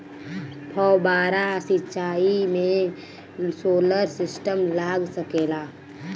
फौबारा सिचाई मै सोलर सिस्टम लाग सकेला?